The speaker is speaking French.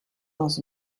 dans